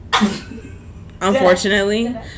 Unfortunately